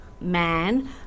man